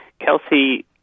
Kelsey